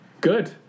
good